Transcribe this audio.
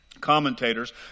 commentators